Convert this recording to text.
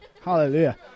hallelujah